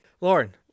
Lauren